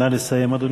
נא לסיים, אדוני.